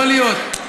יכול להיות.